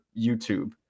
YouTube